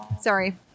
Sorry